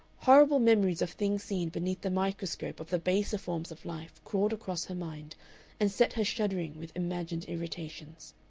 horrible memories of things seen beneath the microscope of the baser forms of life crawled across her mind and set her shuddering with imagined irritations.